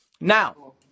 Now